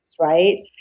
Right